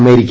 America